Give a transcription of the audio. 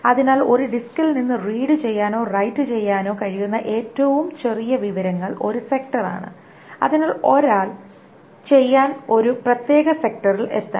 അതിനാൽ ഒരു ഡിസ്കിൽ നിന്ന് റീഡ് ചെയ്യാനോ റൈറ്റ് ചെയ്യാനോ കഴിയുന്ന ഏറ്റവും ചെറിയ വിവരങ്ങൾ ഒരു സെക്ടർ ആണ് അതിനാൽ ഒരാൾ ചെയ്യാൻ ഒരു പ്രത്യേക സെക്ടറിൽ എത്തണം